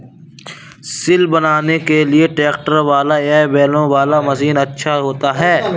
सिल बनाने के लिए ट्रैक्टर वाला या बैलों वाला मशीन अच्छा होता है?